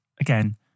again